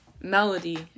melody